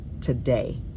today